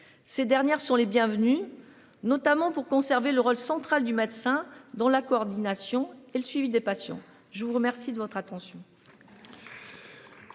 Ces dernières sont les bienvenues, notamment pour conserver le rôle central du médecin dans la coordination et le suivi des patients. Je vous remercie de votre attention.